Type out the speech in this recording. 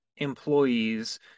Employees